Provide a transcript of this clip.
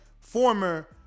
former